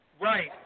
right